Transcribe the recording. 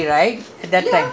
so you you you